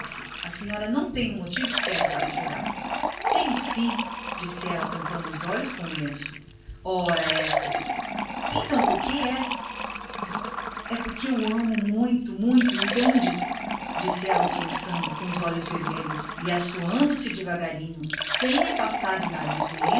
a senhora não tem motivo para chorar tenho sim respondeu ela por detrás do lenço ora essa então por que é é porque o amo muito muito entende declarou entre soluços com os olhos fechados e gotejantes e assoando se devagarinho sem afastar